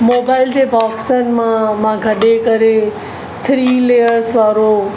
mobile जे बॉक्सनि मां गॾे करे थ्री लेयर्स वारो